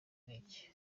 n’iki